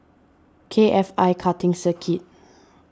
K F I Karting Circuit